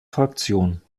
fraktion